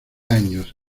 años